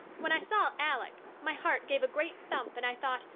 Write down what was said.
when i saw alec my heart gave a great thump and i thought,